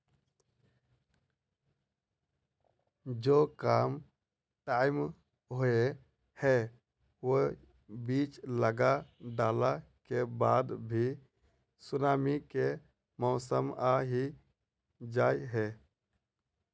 जो कम टाइम होये है वो बीज लगा डाला के बाद भी सुनामी के मौसम आ ही जाय है?